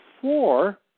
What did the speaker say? four